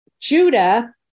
Judah